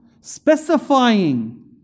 Specifying